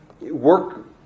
work